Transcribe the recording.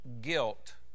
guilt